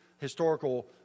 historical